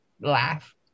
laugh